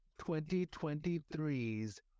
2023's